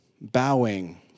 bowing